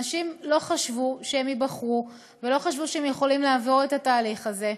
אנשים לא חשבו שהם ייבחרו ולא חשבו שהם יכולים לעבור את התהליך הזה.